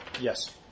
Yes